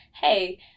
hey